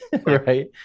right